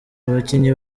abakinnyi